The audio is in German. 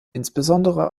insbesondere